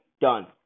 done